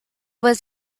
was